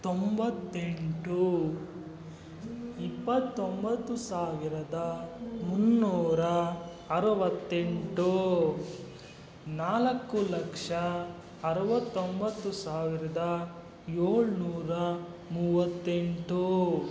ತೊಂಬತ್ತೆಂಟು ಇಪ್ಪತ್ತೊಂಬತ್ತು ಸಾವಿರದ ಮುನ್ನೂರ ಅರವತ್ತೆಂಟು ನಾಲ್ಕು ಲಕ್ಷ ಅರವತ್ತೊಂಬತ್ತು ಸಾವಿರದ ಏಳುನೂರ ಮೂವತ್ತೆಂಟು